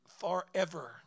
forever